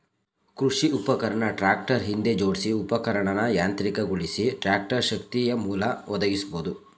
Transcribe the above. ಕೃಷಿ ಉಪಕರಣ ಟ್ರಾಕ್ಟರ್ ಹಿಂದೆ ಜೋಡ್ಸಿ ಉಪಕರಣನ ಯಾಂತ್ರಿಕಗೊಳಿಸಿ ಟ್ರಾಕ್ಟರ್ ಶಕ್ತಿಯಮೂಲ ಒದಗಿಸ್ಬೋದು